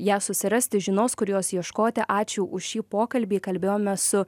ją susirasti žinos kur jos ieškoti ačiū už šį pokalbį kalbėjome su